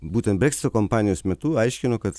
būtent breksito kampanijos metu aiškino kad